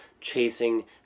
chasing